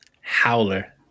Howler